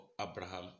Abraham